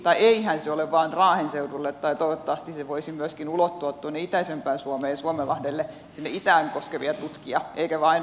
tai eihän se ole vain raahen seudulle toivottavasti se voisi myöskin ulottua tuonne itäisempään suomeen ja suomenlahdelle sinne itään koskevia tutkia eikä ainoastaan ruotsiin meneviä tutkia varten